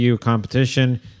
competition